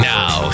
Now